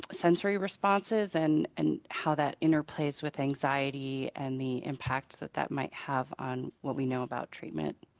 sensory responses and and how that interplays with anxiety and the impact that that might have on what we know about treatment.